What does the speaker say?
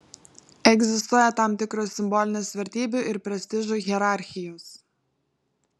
egzistuoja tam tikros simbolinės vertybių ir prestižų hierarchijos